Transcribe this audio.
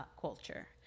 culture